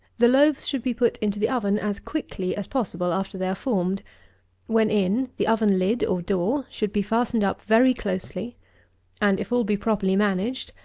the loaves should be put into the oven as quickly as possible after they are formed when in, the oven-lid, or door, should be fastened up very closely and, if all be properly managed,